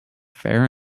fair